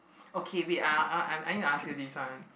okay wait I I I I'm need to ask you this one